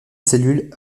cellule